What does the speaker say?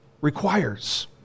requires